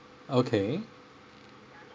okay